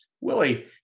Willie